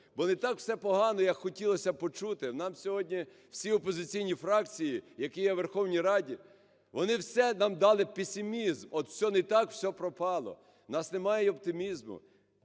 бо не так все погано, як хотілося б почути. Нам сьогодні всі опозиційні фракції, які є у Верховній Раді, вони все нам дали песимізм,: от все не так, все пропало. У нас немає оптимізму.